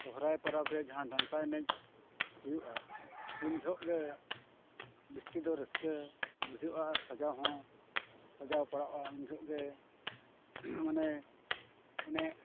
ᱥᱚᱦᱨᱟᱭ ᱯᱚᱨᱚᱵᱽ ᱨᱮ ᱡᱟᱦᱟᱸ ᱰᱟᱱᱴᱟ ᱮᱱᱮᱡ ᱦᱩᱭᱩᱜᱼᱟ ᱩᱱ ᱡᱚᱦᱚᱜ ᱜᱮ ᱵᱤᱥᱛᱤ ᱫᱚ ᱨᱟᱹᱥᱠᱟᱹ ᱵᱩᱡᱷᱟᱹᱜᱼᱟ ᱟᱨ ᱥᱟᱡᱟᱣ ᱦᱚᱸ ᱥᱟᱡᱟᱣ ᱯᱟᱲᱟᱜᱼᱟ ᱩᱱ ᱡᱚᱦᱚᱜ ᱜᱮ ᱢᱟᱱᱮ ᱚᱱᱮ